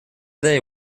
they